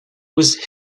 was